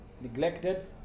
neglected